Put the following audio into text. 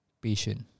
patient